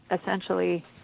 essentially